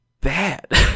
bad